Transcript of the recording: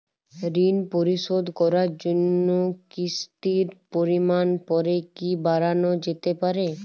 ঋন পরিশোধ করার জন্য কিসতির পরিমান পরে কি বারানো যেতে পারে?